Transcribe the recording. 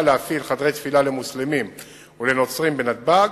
להפעיל חדרי תפילה למוסלמים ולנוצרים בנתב"ג,